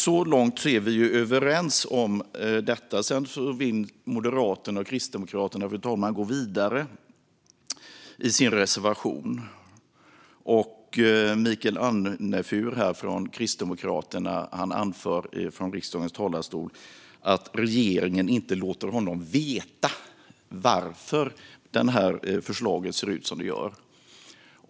Så långt är vi överens om detta. Fru talman! Sedan vill Moderaterna och Kristdemokraterna gå vidare enligt sin reservation. Michael Anefur från Kristdemokraterna anförde här att regeringen inte låter honom veta varför detta förslag ser ut som det gör.